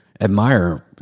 admire